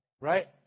right